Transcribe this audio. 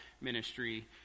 ministry